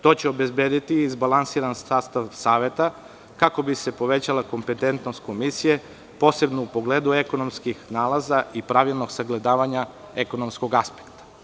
To će obezbediti izbalansiran sastav saveta, kako bi se povećala kompetentnost komisije, posebno u pogledu ekonomskih nalaza i pravilnog sagledavanja ekonomskog aspekta.